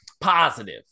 positive